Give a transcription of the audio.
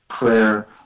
prayer